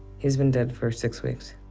he's been dead for six weeks.